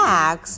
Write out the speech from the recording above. Max